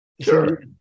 Sure